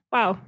Wow